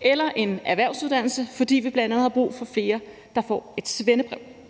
eller en erhvervsuddannelse, fordi vi bl.a. har brug for flere, der får et svendebrev.